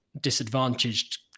disadvantaged